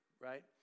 right